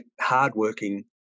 hardworking